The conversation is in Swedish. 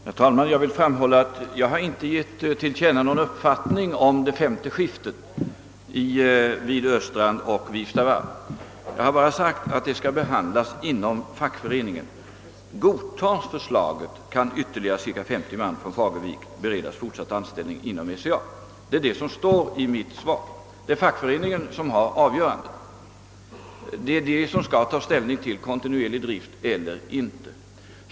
Herr talman! Jag vill framhålla att jag inte har givit till känna någon uppfattning om det femte skiftet vid Östrand och Wifstavarv. Jag har bara sagt att detta förslag skall behandlas inom fackföreningen. Godtas det kan ytterligare cirka 50 man från Fagervik beredas fortsatt anställning inom SCA. Det är vad som står i mitt svar. Det är fackföreningen som har avgörandet. Det är den som skall ta ställning till frågan om man skall införa kontinuerlig drift eller inte.